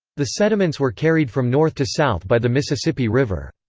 the sediments were carried from north to south by the mississippi river.